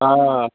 آ